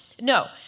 no